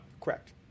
Correct